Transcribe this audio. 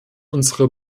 unsere